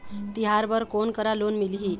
तिहार बर कोन करा लोन मिलही?